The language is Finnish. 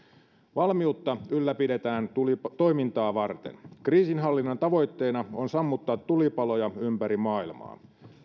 valmiutta ylläpidetään toimintaa varten kriisinhallinnan tavoitteena on sammuttaa tulipaloja ympäri maailmaa